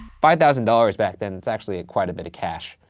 five thousand dollars back then, it's actually quite a bit of cash.